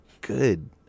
good